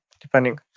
depending